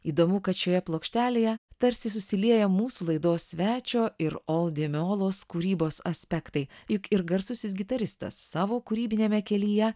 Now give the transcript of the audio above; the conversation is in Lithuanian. įdomu kad šioje plokštelėje tarsi susilieja mūsų laidos svečio ir ol di mijolos kūrybos aspektai juk ir garsusis gitaristas savo kūrybiniame kelyje